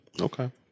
okay